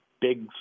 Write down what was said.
big